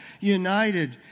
united